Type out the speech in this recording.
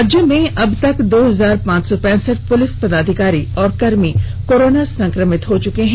राज्य में अबतक दो हजार पांच सौ पैंसठ पुलिस पदाधिकारी और कर्मी कोरोना संक्रमित हो चुके हैं